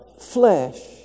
Flesh